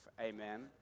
amen